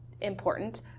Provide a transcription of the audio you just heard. important